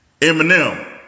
Eminem